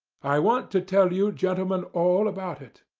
i want to tell you gentlemen all about it.